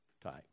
type